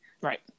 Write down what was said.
Right